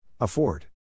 Afford